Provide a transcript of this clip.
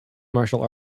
martial